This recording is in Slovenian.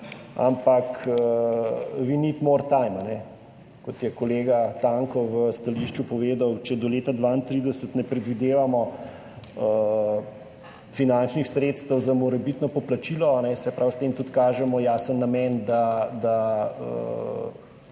ampak we need more time, kot je povedal kolega Tanko v stališču, če do leta 2032 ne predvidevamo finančnih sredstev za morebitno poplačilo, s tem tudi kažemo jasen namen, da